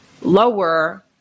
lower